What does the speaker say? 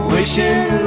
Wishing